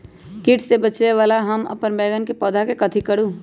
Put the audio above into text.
किट से बचावला हम अपन बैंगन के पौधा के कथी करू?